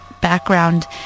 background